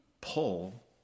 pull